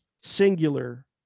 singular